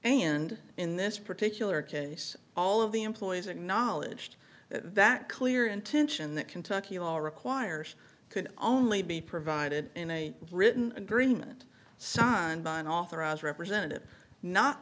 and in this particular case all of the employees acknowledged that clear intention that kentucky all requires could only be provided in a written agreement sun by an authorized representative not